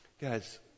Guys